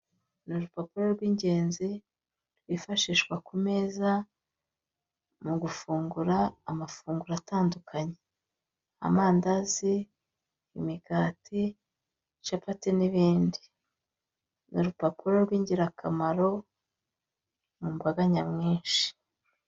Ni urupapuro rw'ingenzi rwifashishwa ku meza mu gufungura amafunguro atandukanye , amandazi, imigati, capati n'ibindi. Ni urupapuro rw'ingirakamaro mu mbaga nyamwinshi.